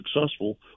successful